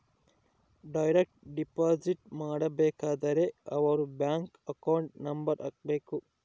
direct deposit ಮಾಡಬೇಕಾದರೆ ಅವರ್ bank account number ಹಾಕ್ಬೆಕು